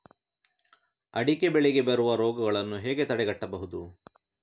ಅಡಿಕೆ ಬೆಳೆಗೆ ಬರುವ ರೋಗಗಳನ್ನು ಹೇಗೆ ತಡೆಗಟ್ಟಬಹುದು?